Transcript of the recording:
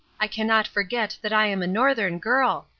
i cannot forget that i am a northern girl.